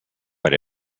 but